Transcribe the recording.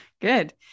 Good